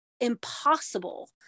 impossible